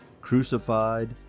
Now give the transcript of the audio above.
crucified